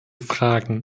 fragen